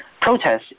protests